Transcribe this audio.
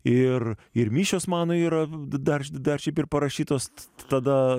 ir ir mišios mano yra dar dar čia ir parašytos tada